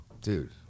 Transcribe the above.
Dude